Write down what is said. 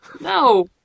No